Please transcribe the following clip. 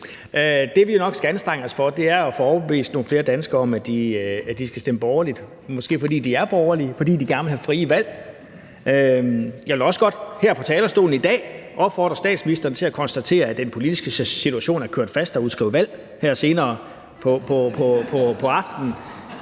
Det, vi nok skal anstrenge os for, er at få overbevist nogle flere danskere om, at de skal stemme borgerligt – måske fordi de er borgerlige; fordi de gerne vil have frie valg. Jeg vil også godt her fra talerstolen i dag opfordre statsministeren til at konstatere, at den politiske situation er kørt fast og udskrive valg her senere på aftenen.